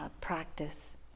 practice